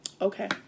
Okay